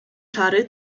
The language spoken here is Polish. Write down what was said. czary